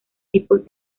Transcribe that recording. tipos